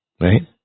Right